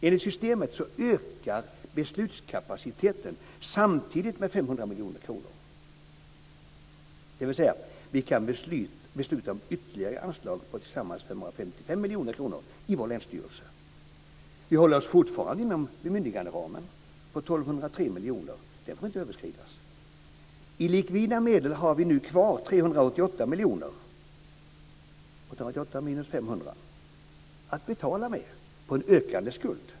Enligt systemet ökar beslutskapaciteten samtidigt med 500 miljoner kronor. Vi kan besluta om nya anslag på sammanlagt 555 miljoner kronor i vår länsstyrelse. Vi håller oss fortfarande inom bemyndiganderamen på 1 203 miljoner kronor, och den får inte överskridas. I likvida medel har vi nu kvar 388 miljoner - 888 miljoner kronor minus 500 miljoner kronor - att betala med på en ökande skuld.